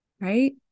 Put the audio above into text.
right